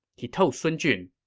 he told sun jun,